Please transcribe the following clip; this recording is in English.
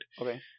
okay